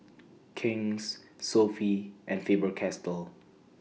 King's Sofy and Faber Castell